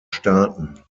staaten